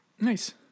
Nice